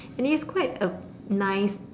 and it's quite a nice